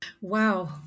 Wow